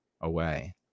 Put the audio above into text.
away